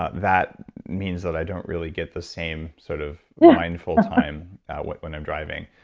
ah that means that i don't really get the same sort of yeah mindful time when i'm driving.